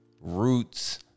roots